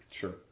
Sure